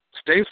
Stay